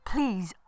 Please